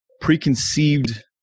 preconceived